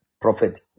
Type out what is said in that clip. Prophet